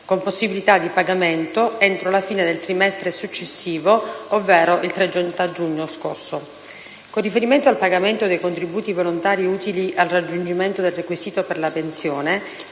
con possibilità di pagamento entro la fine del trimestre successivo, ovvero il 30 giugno scorso. Con riferimento al pagamento dei contributi volontari utili al raggiungimento del requisito per la pensione,